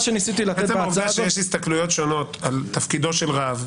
העובדה שיש הסתכלות שונה על תפקידו של רב,